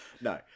no